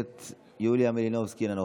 הכנסת יוליה מלינובסקי, אינה נוכחת.